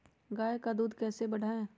गाय का दूध कैसे बढ़ाये?